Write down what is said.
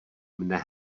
mne